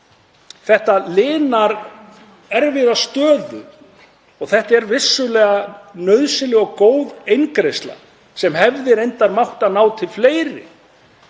Þetta linar erfiða stöðu og þetta er vissulega nauðsynleg og góð eingreiðsla, sem hefði reyndar mátt ná til fleiri.